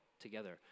together